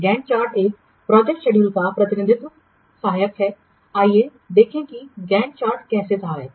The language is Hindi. गैंट चार्ट एक प्रोजेक्ट शेड्यूल का प्रतिनिधित्व सहायक है आइए देखें कि गैन्ट चार्ट कैसे सहायक है